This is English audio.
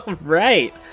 right